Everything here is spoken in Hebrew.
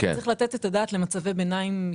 וצריך לתת את הדעת למצבי ביניים.